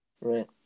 Right